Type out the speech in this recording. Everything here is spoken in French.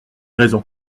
raison